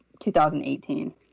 2018